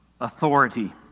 authority